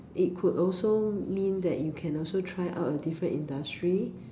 it could also mean that you can also try out a different industry